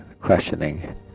questioning